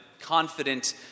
confident